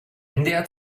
ndr